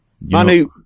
Manu